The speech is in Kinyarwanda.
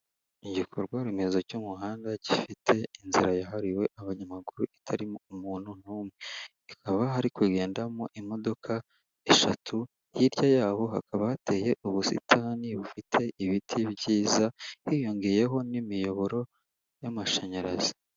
Igikorwa remezo cy'umuhanda gifite inzira yahariwe abanyamaguru itarimo umuntu n'umwe. Ikaba iri kugendamo imodoka eshatu hirya yaho hakaba hateye ubusitani bufite ibiti byiza, hiyongeyeho n'imiyoboro y'amashanyarazi.